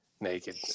naked